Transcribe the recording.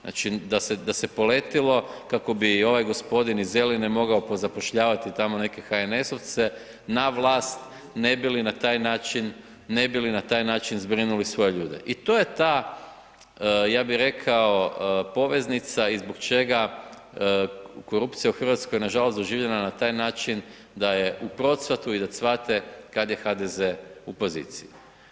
Znači, da se poletilo kako bi ovaj gospodin iz Zeline mogao pozapošljavati tamo neke HNS-ovca na vlast ne bi li na taj način, ne bi li na taj način zbrinuli svoje ljude i to je ta ja bi rekao poveznica i zbog čega korupcija u Hrvatskoj nažalost doživljena na taj način da je u procvatu i da cvate kad je HDZ u poziciji.